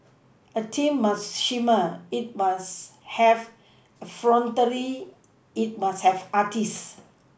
a team must shimmer it must have effrontery it must have artists